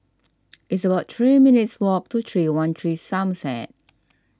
it's about three minutes' walk to three one three Somerset